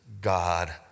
God